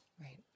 Right